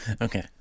Okay